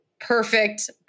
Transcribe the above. perfect